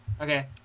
Okay